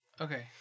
Okay